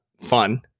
fun